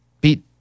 beat